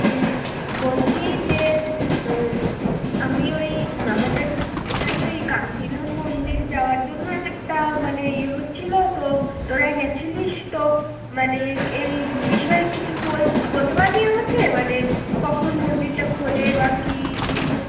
বলছি যে আমি ওই আমাদের এখানে ওই কানকি ধাম মন্দির যাওয়ার জন্য একটা মানে ইয়ে হচ্চিলো তো তোরা গেছিলিস তো মানে এই বিষয়ে কিছু বল বলতে পারবি আমাকে মানে কখন মন্দিরটা খোলে বা কী কিছু